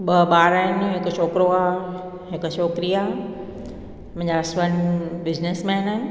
ॿ ॿार आइन हिकु छोकिरो आहे हिकु छोकिरी आहे मुंहिंजा हस्बैंड बिज़नैसमैन आहिनि